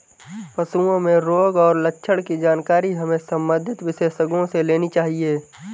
पशुओं में रोग और लक्षण की जानकारी हमें संबंधित विशेषज्ञों से लेनी चाहिए